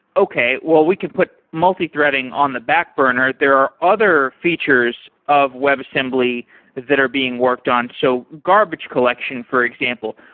okay, well we can put multithreading on the back burner. there are other features of webassembly that are being worked on. so garbage collection, for example.